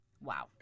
Wow